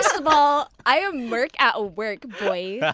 of all, i am merk at work, boy! yeah